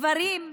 גברים,